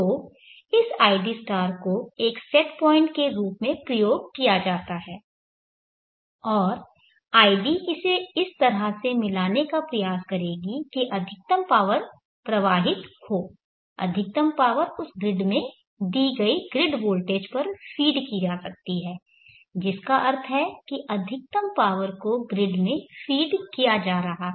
तो इस id को एक सेट पॉइंट के रूप में प्रयोग किया जाता है और id इसे इस तरह से मिलाने का प्रयास करेगी कि अधिकतम पावर प्रवाहित हो अधिकतम पावर उस ग्रिड में दी गई ग्रिड वोल्टेज पर फीड की जा सकती है जिसका अर्थ है कि अधिकतम पावर को ग्रिड में फीड किया जा रहा है